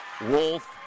Wolf